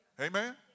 Amen